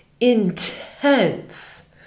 intense